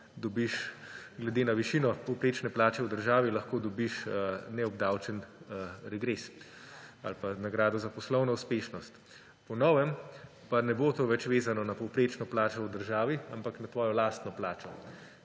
glede na višino povprečne plače v državi lahko dobiš neobdavčen regres ali pa nagrado za poslovno uspešnost. Po novem pa to ne bo več vezano na povprečno plačo v državi, ampak na tvojo lastno plačo,